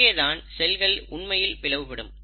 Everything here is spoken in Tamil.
இங்கேதான் செல்கள் உண்மையில் பிளவுபடும்